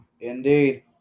Indeed